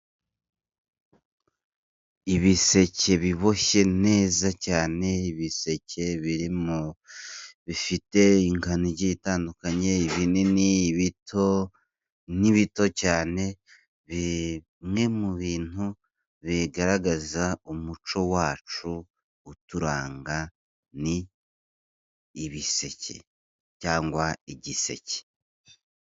Ibiseke biboshye neza cyane, ibiseke biri bifite ingano igiye itandukanye, ibinini, ibito, n'ibito cyane bimwe mu bintu bigaragaza umuco wacu uturanga, ni ibiseke cyangwa igiseke.